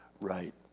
Right